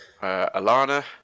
Alana